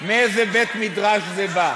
מאיזה בית-מדרש זה בא,